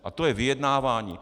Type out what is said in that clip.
A to je vyjednávání!